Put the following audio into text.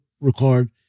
record